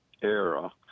era